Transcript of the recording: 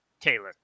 taylor